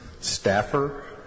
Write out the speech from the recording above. staffer